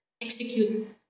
execute